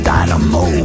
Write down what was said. Dynamo